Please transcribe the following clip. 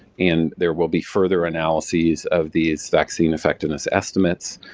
and there will be further analyses of these vaccine effectiveness estimates.